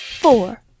four